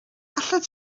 allet